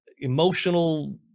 emotional